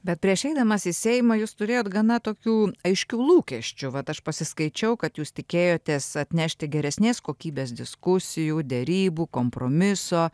bet prieš eidamas į seimą jūs turėjot gana tokių aiškių lūkesčių vat aš pasiskaičiau kad jūs tikėjotės atnešti geresnės kokybės diskusijų derybų kompromiso